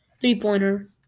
Three-pointer